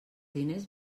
diners